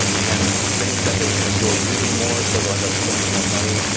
and things that they can enjoy using more so they'll end up spending more money,